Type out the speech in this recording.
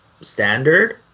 standard